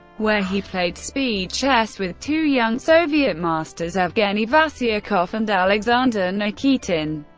where he played speed chess with two young soviet masters, evgeni vasiukov and alexander nikitin,